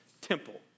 temple